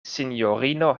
sinjorino